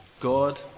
God